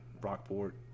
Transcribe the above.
Rockport